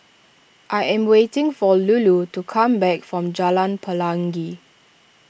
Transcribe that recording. I am waiting for Lulu to come back from Jalan Pelangi